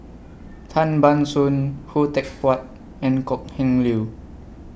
Tan Ban Soon Khoo Teck Puat and Kok Heng Leun